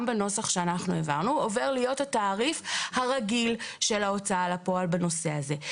בנוסח שאנחנו העברנו התעריף הרגיל של ההוצאה לפועל בנושא הזה.